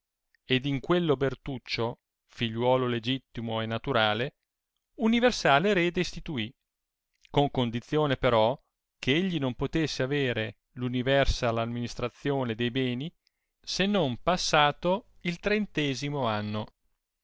ed in quello bertuccio figliuolo legittimo e naturale universale erede instituì con condizione però che egli non potesse avere universal amministrazione di beni se non passato il trentesimo anno